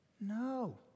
No